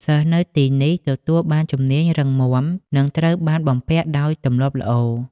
សិស្សនៅទីនេះទទួលបានជំនាញរឹងមាំនិងត្រូវបានបំពាក់ដោយទម្លាប់ល្អ។